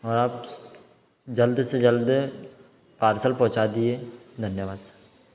और आप जल्द से जल्द पार्सल पहुँचा दिए धन्यवाद सर